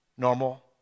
normal